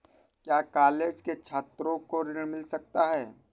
क्या कॉलेज के छात्रो को ऋण मिल सकता है?